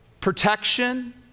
protection